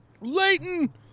Leighton